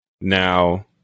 Now